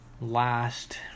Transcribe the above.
Last